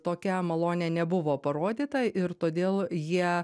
tokia malonė nebuvo parodyta ir todėl jie